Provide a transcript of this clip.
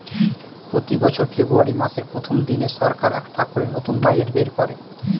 প্রতি বছর ফেব্রুয়ারী মাসের প্রথম দিনে সরকার একটা করে নতুন বাজেট বের করে